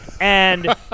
And-